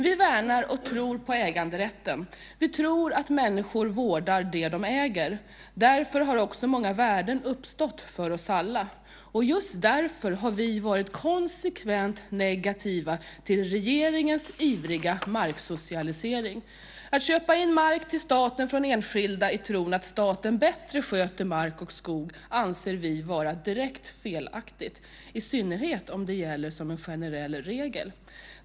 Vi värnar och tror på äganderätten. Vi tror att människor vårdar det de äger. Därför har också många värden uppstått för oss alla. Just därför har vi varit konsekvent negativa till regeringens ivriga marksocialisering. Att köpa in mark till staten från enskilda i tron att staten bättre sköter mark och skog anser vi vara direkt felaktigt, i synnerhet om det gäller som en generell regel.